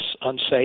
unsafe